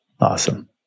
Awesome